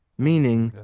meaning,